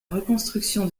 reconstruction